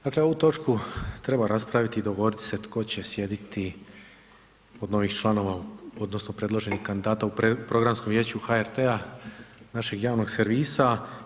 Dakle, ovu točku treba raspraviti i dogovoriti se tko će sjediti od novih članova, odnosno predloženih kandidata u Programskom vijeću HRT-a, našeg javnog servisa.